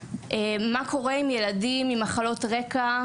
מה קורה עם ילדים עם מחלות רקע,